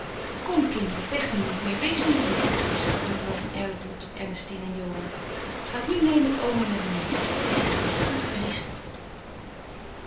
komt kinderen vecht nu niet meer weest nu zoet sprak mevrouw van erlevoort tot ernestine en johan gaat nu meê met oma naar beneden het is hier om te bevriezen